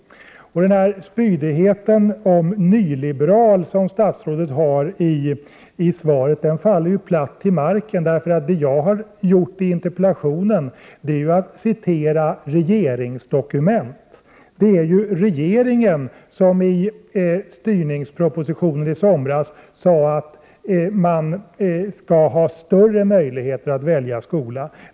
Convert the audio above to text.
Statsrådets spydighet om ”nyliberal” i svaret faller platt till marken, eftersom vad jag har gjort i interpellationen är att citera regeringsdokument. Det var ju regeringen som i styrningspropositionen i somras uttalade att det bör finnas större möjligheter att välja skola.